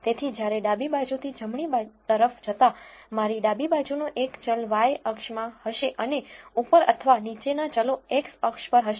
તેથી જ્યારે ડાબી બાજુથી જમણી તરફ જતા મારી ડાબી બાજુનો એક ચલ y અક્ષમાં હશે અને ઉપર અથવા નીચેના ચલો x અક્ષ પર હશે